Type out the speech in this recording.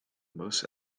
most